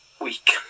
week